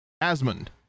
Asmund